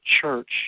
Church